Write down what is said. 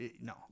no